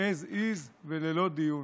as is וללא דיון.